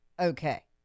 Okay